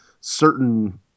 certain